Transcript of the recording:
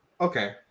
Okay